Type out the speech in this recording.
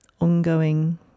ongoing